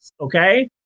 Okay